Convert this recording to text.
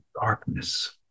darkness